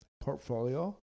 portfolio